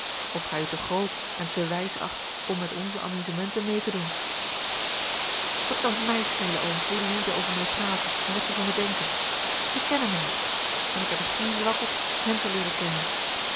of gij u te groot en te wijs acht om met onze amusementen mee te doen wat kan het mij schelen oom hoe die lieden over mij praten en wat zij van mij denken zij kennen mij niet en ik heb er geen zwak op hen te leeren kennen